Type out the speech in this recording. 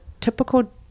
typical